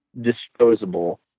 disposable